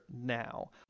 now